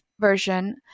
version